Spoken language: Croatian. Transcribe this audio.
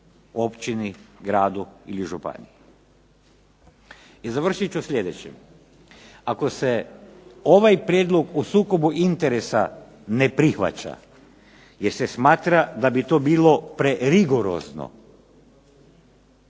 općini, gradu ili županiji. I završit ću sljedećim, ako se ovaj prijedlog o sukobu interesa ne prihvaćanja jer se smatra da bi to bilo prerigorozno,